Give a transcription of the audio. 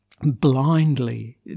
blindly